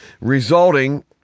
resulting